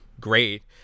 great